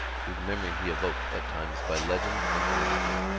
whose memory he evoked at times by legend and mimicry.